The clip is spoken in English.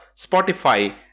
Spotify